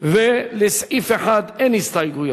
ולסעיף 1 אין הסתייגויות.